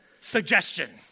Suggestion